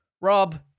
Rob